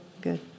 Good